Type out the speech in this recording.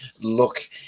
look